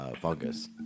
fungus